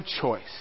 choice